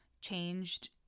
changed